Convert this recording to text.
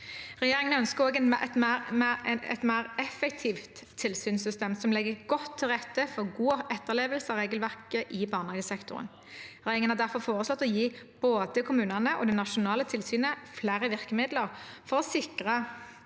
Regjeringen ønsker også et mer effektivt tilsynssystem, som legger godt til rette for god etterlevelse av regelverket i barnehagesektoren. Regjeringen har derfor foreslått å gi både kommunene og det nasjonale tilsynet flere virkemidler for å sikre